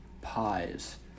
pies